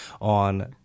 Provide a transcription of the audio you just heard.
on